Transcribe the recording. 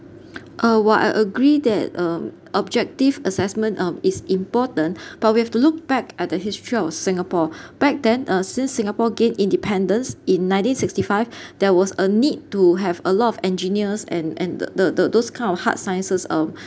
uh while I agree that um objective assessment um is important but we have to look back at the history of singapore back then uh since singapore gained independence in nineteen sixty five there was a need to have a lot of engineers and and the the those kind of hard sciences of